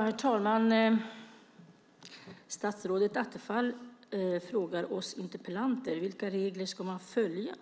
Herr talman! Statsrådet Attefall frågar oss interpellanter vilka regler man ska följa.